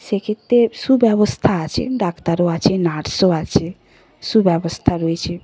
সেক্ষেত্রে সুব্যবস্থা আছে ডাক্তারও আছে নার্সও আছে সুব্যবস্থা রয়েছে